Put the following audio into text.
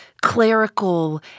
clerical